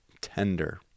tender